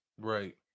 Right